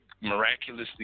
miraculously